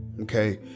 Okay